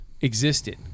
existed